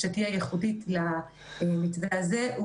למתווה הזה.